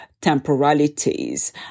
temporalities